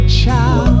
child